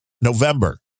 November